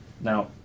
Now